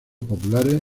populares